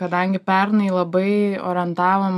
kadangi pernai labai orientavom